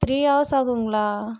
three hours ஆகுங்களா